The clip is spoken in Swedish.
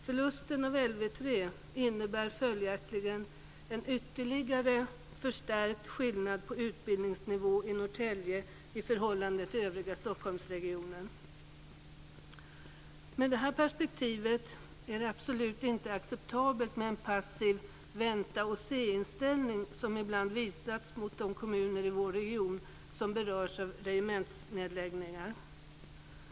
Förlusten av LV 3 innebär följaktligen en ytterligare förstärkt skillnad på utbildningsnivå i Norrtälje i förhållande till övriga Med det här perspektivet är det absolut inte acceptabelt med en passiv vänta-och-se-inställning som ibland visats gentemot de kommuner i vår region som berörs av regementsnedläggning.